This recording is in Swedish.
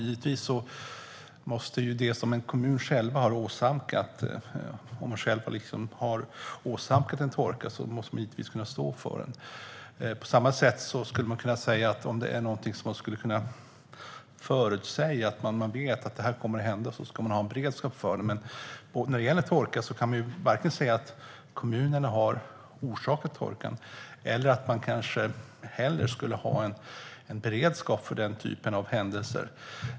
Givetvis måste en kommun själv stå för det den har åsamkat. Om den själv har åsamkat en torka måste den givetvis kunna stå för den. På samma sätt skulle man kunna säga att om det är någonting som man skulle kunna förutsäga och vet kommer att hända ska man ha en beredskap för det. När det gäller torka går det varken att säga att kommunerna har orsakat torkan eller att man kanske hellre skulle ha en beredskap för den typen av händelser.